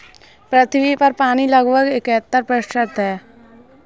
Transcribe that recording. पृथ्वी पर पानी लगभग इकहत्तर प्रतिशत है